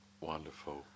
Wonderful